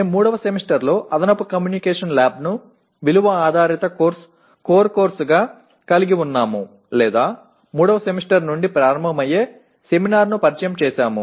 மூன்றாம் செமஸ்டரில் மதிப்பு கூட்டப்பட்ட முக்கிய பாடமாக கூடுதல் தகவல் தொடர்பு ஆய்வகம் இருந்தது அல்லது மூன்றாவது செமஸ்டரில் தொடங்கி ஒரு கருத்தரங்கை அறிமுகப்படுத்தினோம்